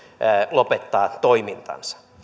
lopettaa toimintansa